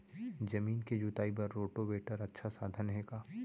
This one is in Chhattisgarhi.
जमीन के जुताई बर रोटोवेटर अच्छा साधन हे का?